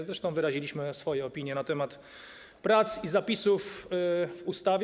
Zresztą wyraziliśmy swoje opinie na temat prac i zapisów w ustawie.